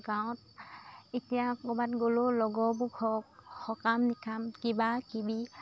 গাঁৱত এতিয়া ক'ৰবাত গ'লেও লগৰবোৰ হওক সকাম নিকাম কিবাকিবি